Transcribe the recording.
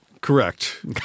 Correct